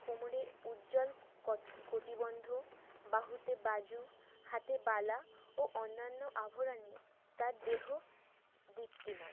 কোমরের উজ্জ্বল কটিবন্ধ বাহুতে বাজু হাতে বালা ও অন্যান্য আভরণে তার দেহ দীপ্তিমান